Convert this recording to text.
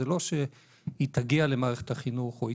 זה לא שהיא תגיע למערכת החינוך או היא